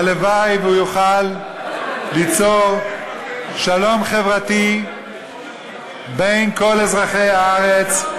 הלוואי שהוא יוכל ליצור שלום חברתי בין כל אזרחי הארץ,